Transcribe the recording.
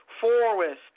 Forest